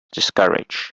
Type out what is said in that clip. discouraged